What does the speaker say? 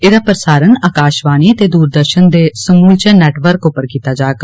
एह्दा प्रसारण आकाशवाणी ते दूरदर्शन दे समूलचे नेटवर्क उप्पर कीता जाग